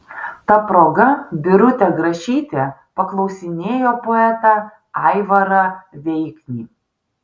ta proga birutė grašytė paklausinėjo poetą aivarą veiknį